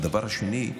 השני,